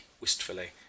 wistfully